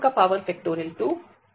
मिलता है